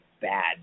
bad